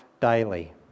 daily